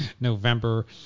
November